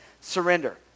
Surrender